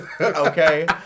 okay